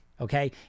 Okay